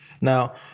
Now